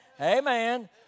amen